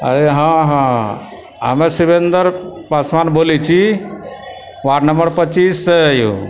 अरे हँ हँ हमे शिवेन्दर पासवान बोलय छी वार्ड नम्बर पच्चीससँ यौ